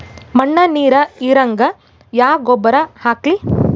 ಮಣ್ಣ ನೀರ ಹೀರಂಗ ಯಾ ಗೊಬ್ಬರ ಹಾಕ್ಲಿ?